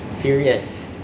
furious